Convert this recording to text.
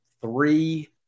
three